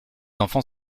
enfant